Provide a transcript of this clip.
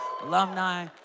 alumni